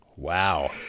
Wow